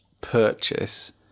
purchase